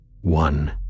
One